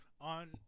on